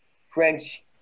French